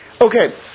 Okay